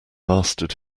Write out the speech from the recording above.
mastered